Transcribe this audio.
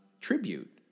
tribute